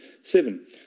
Seven